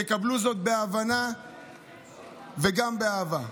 תקבלו זאת בהבנה וגם באהבה.